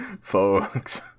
folks